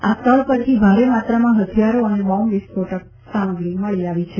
આ સ્થળ પરથી ભારે માત્રામાં હથિયારો અને બોમ્બ વિસ્ફોટક સામગ્રી મળી આવી છે